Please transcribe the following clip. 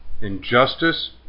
Injustice